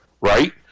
Right